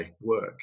work